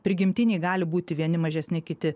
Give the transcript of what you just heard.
prigimtiniai gali būti vieni mažesni kiti